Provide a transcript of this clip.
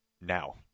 now